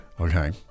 Okay